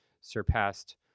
surpassed